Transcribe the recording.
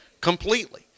completely